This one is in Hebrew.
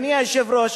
אדוני היושב-ראש,